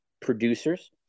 producers